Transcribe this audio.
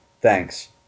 Thanks